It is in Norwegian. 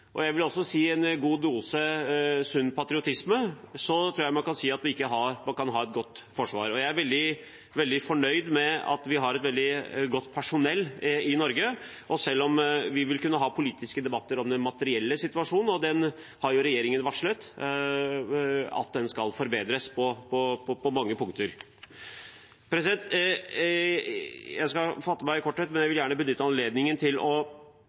og jeg vil også si uten en god dose sunn patriotisme, tror jeg ikke man kan si at man har et godt forsvar. Jeg er veldig fornøyd med at vi har et veldig godt personell i Norge, selv om vi vil kunne ha politiske debatter om den materielle situasjonen – og regjeringen har varslet at den skal forbedres på mange punkter. Jeg skal fatte meg i korthet, men jeg vil gjerne benytte anledningen til å